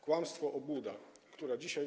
Kłamstwo i obłuda, które dzisiaj